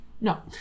No